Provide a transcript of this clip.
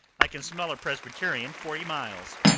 i can smell a presbyterian forty miles.